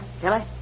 Kelly